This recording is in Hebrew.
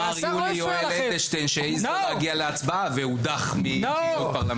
אמר יולי יואל אדלשטיין שהעז לא להגיע להצבעה והודח מדיון פרלמנטרי.